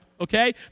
Okay